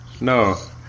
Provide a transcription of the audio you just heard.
No